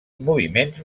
moviments